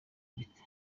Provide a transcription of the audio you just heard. amerika